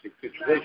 situation